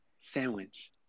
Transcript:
sandwich